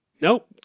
Nope